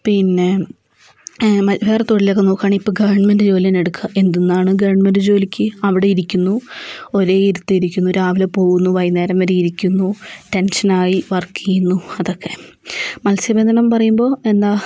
പിന്നെ വേറെ തൊഴിലൊക്കെ നോക്കുകയാണെങ്കിൽ ഇപ്പം ഗവൺമെൻ്റ് ജോലി തന്നെ എടുക്കാം എന്തുന്നാണ് ഗവൺമെൻ്റ് ജോലിയ്ക്ക് അവിടെ ഇരിക്കുന്നു ഒരേ ഇരുത്തം ഇരിക്കുന്നു രാവിലെ പോകുന്നു വൈകുന്നേരം വരെ ഇരിക്കുന്നു ടെൻഷനായി വർക്ക് ചെയ്യുന്നു അതൊക്കെ മത്സ്യബന്ധനം പറയുമ്പോൾ എന്താ